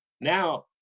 Now